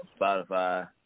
Spotify